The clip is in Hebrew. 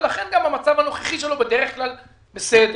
לכן, המצב הנוכחי שלו בדרך כלל בסדר.